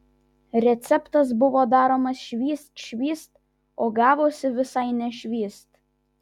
receptas buvo daromas švyst švyst o gavosi visai ne švyst